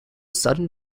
sudden